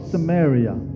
Samaria